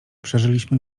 przeżyliśmy